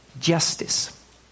justice